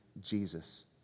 Jesus